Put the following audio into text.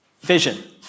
vision